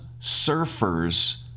Surfers